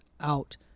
out